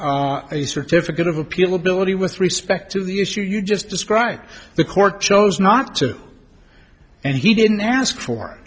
a certificate of appeal ability with respect to the issue you just described the court chose not to and he didn't ask for